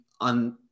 on